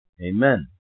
Amen